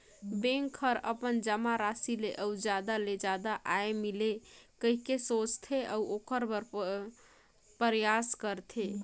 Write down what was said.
bank हर अपन जमा राशि ले अउ जादा ले जादा आय मिले कहिके सोचथे, अऊ ओखर बर परयास करथे